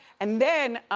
and then,